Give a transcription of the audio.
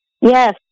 Yes